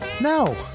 No